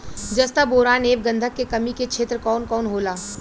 जस्ता बोरान ऐब गंधक के कमी के क्षेत्र कौन कौनहोला?